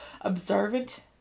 observant